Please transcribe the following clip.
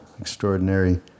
extraordinary